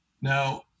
Now